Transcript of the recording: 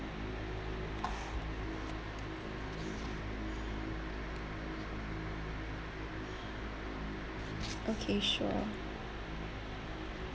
okay sure